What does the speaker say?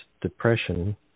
depression